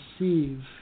receive